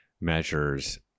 measures